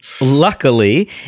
luckily